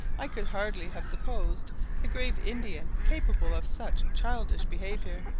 i could hardly have supposed the grave indian capable of such childish behaviour.